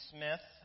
Smith